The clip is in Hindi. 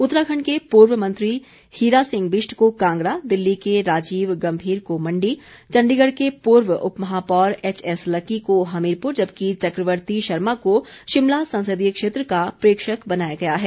उत्तराखंड के पूर्व मंत्री हीरा सिंह बिश्ट को कांगड़ा दिल्ली के राजीव गंभीर को मंडी चंडीगढ़ के पूर्व उप महापौर एचएस लक्की को हमीरपुर जबकि चक्रवर्ती शर्मा को शिमला संसदीय क्षेत्र का प्रेक्षक बनाया गया है